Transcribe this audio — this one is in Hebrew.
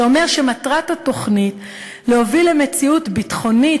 שאומר שמטרת התוכנית היא להוביל למציאות ביטחונית,